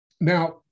Now